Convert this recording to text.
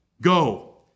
Go